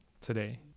today